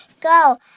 Go